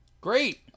Great